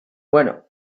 bueno